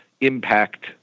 impact